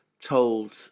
told